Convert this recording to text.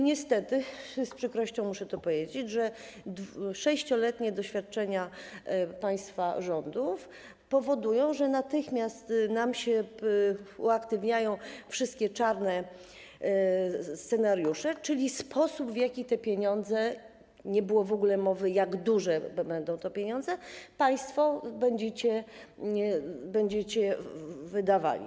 Niestety, z przykrością muszę powiedzieć, że sześcioletnie doświadczenia państwa rządów powodują, że natychmiast uaktywniają się w nas wszystkie czarne scenariusze, czyli sposób, w jaki te pieniądze - nie było w ogóle mowy, jak duże będą to pieniądze - będziecie państwo wydawali.